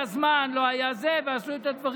אמרת שלא היה זמן ועשו את הדברים.